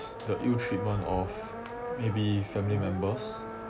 the ill treatment of maybe family members